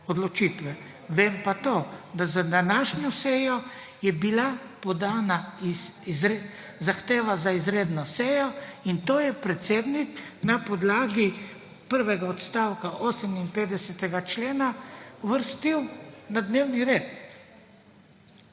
odločitve. Vem pa to, da za današnjo sejo je bila podana zahteva za izredno sejo in to je predsednik na podlagi prvega odstavka 58. člena uvrstil na dnevni red.